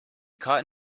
caught